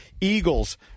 Eagles